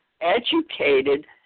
educated